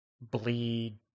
bleed